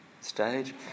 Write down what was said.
stage